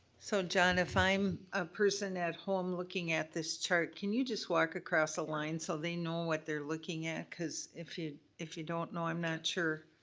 so john, if i'm a person at home looking at this chart, can you just walk across a line so they know what they're looking at? cause if you if you don't know, i'm not sure.